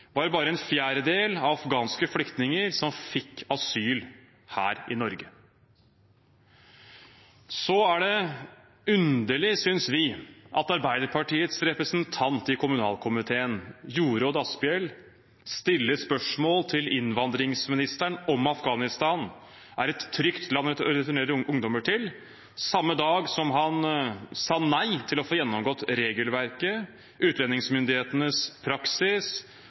var det bare en fjerdedel av afghanske flyktninger som fikk asyl her i Norge. Så er det underlig, synes vi, at Arbeiderpartiets representant i kommunalkomiteen Jorodd Asphjell stiller spørsmål til innvandringsministeren om Afghanistan er et trygt land å returnere ungdommer til – samme dag som han sa nei til å få gjennomgått regelverket, utlendighetsmyndighetenes praksis,